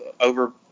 over